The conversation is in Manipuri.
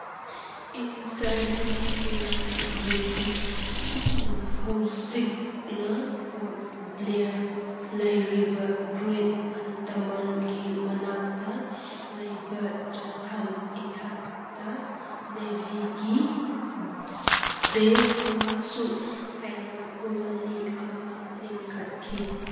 ꯏꯪ ꯁꯕꯦꯟꯇꯤꯟ ꯑꯩꯠꯇꯤ ꯅꯥꯏꯟꯗ ꯕ꯭ꯔꯤꯇꯤꯁꯅ ꯍꯧꯖꯤꯛꯅ ꯄꯣꯔꯠ ꯕ꯭ꯂꯦꯔ ꯂꯩꯔꯤꯕ ꯒ꯭ꯔꯦꯠ ꯑꯟꯗꯃꯥꯟꯒꯤ ꯃꯅꯥꯛꯇ ꯂꯩꯕ ꯆꯊꯝ ꯏꯊꯠꯇ ꯅꯦꯚꯤꯒꯤ ꯕꯦꯁ ꯑꯃꯁꯨꯡ ꯄꯦꯅꯜ ꯀꯣꯂꯤꯅꯤ ꯑꯃ ꯂꯤꯡꯈꯠꯈꯤ